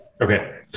okay